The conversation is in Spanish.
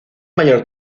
mayor